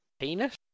Penis